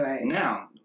Now